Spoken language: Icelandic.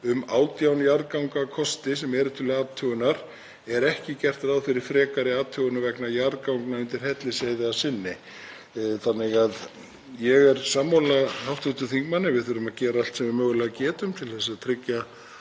Ég er sammála hv. þingmanni. Við þurfum að gera allt sem við mögulega getum til að tryggja að þessi mikilvægi vegur sé eins mikið opinn og hægt er. En stundum verðum við að sætta okkur við að við búum á Íslandi og við ráðum ekki við náttúruöflin.